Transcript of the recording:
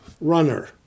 runner